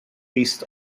east